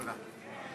תודה.